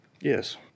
Yes